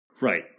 Right